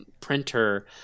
printer